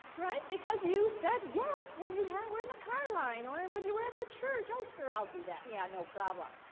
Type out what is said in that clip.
right, because you said yes when you were in the car line or when you were at the church. oh, sure, i'll do that, and yeah no problem.